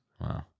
Wow